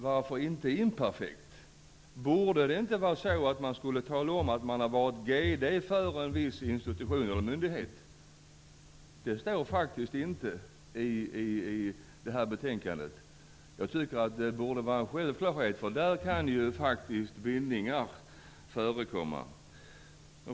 Varför inte i imperfekt? Borde det inte vara så att man skulle tala om att man har varit GD för en viss institution eller myndighet? Det står faktiskt inte i betänkandet. Jag tycker att det borde vara en självklarhet, därför att där kan ju faktiskt bindningar förekomma.